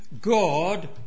God